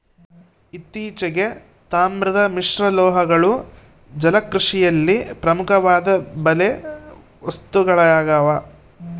ಇತ್ತೀಚೆಗೆ, ತಾಮ್ರದ ಮಿಶ್ರಲೋಹಗಳು ಜಲಕೃಷಿಯಲ್ಲಿ ಪ್ರಮುಖವಾದ ಬಲೆ ವಸ್ತುಗಳಾಗ್ಯವ